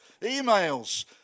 emails